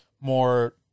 more